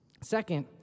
Second